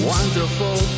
Wonderful